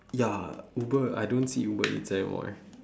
ya uber I don't see uber eats anymore eh